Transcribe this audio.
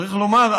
צריך לומר,